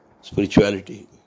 spirituality